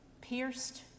pierced